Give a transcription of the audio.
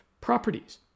properties